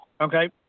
Okay